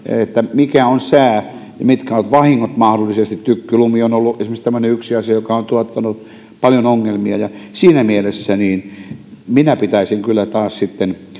mikä on sää ja mitkä ovat vahingot mahdollisesti tykkylumi on ollut esimerkiksi tämmöinen yksi asia joka on tuottanut paljon ongelmia siinä mielessä minä pitäisin kyllä taas sitten